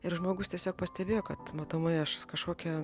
ir žmogus tiesiog pastebėjo kad matomai aš kažkokia